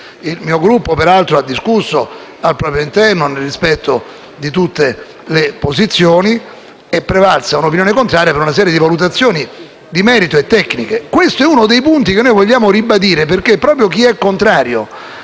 Il mio Gruppo, peraltro, ha discusso al proprio interno, nel rispetto di tutte le posizioni, ed è prevalsa un'opinione contraria per una serie di valutazioni di merito e tecniche. Questo è uno dei punti che vogliamo ribadire perché è proprio di chi è contrario